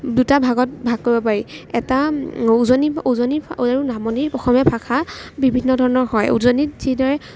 দুটা ভাগত ভাগ কৰিব পাৰি এটা উজনি উজনি আৰু নামনিৰ অসমীয়া ভাষা বিভিন্ন ধৰণৰ হয় উজনিত যিদৰে